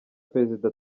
perezida